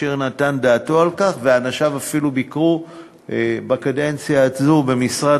אשר נתן דעתו על כך ואנשיו אפילו ביקרו בקדנציה הזו במשרד